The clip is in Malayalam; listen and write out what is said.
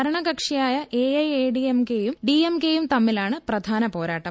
ഭരണകക്ഷിയായ A I A D M കെയും ഡി എം കെയും തമ്മിലാണ് പ്രധാന പോരാട്ടം